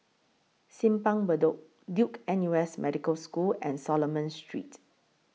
Simpang Bedok Duke N U S Medical School and Solomon Street